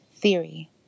Theory